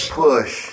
push